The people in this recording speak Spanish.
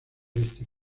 este